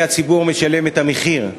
והציבור משלם את המחיר.